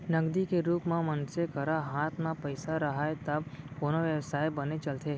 नगदी के रुप म मनसे करा हात म पइसा राहय तब कोनो बेवसाय बने चलथे